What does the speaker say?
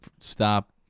stop